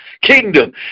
kingdom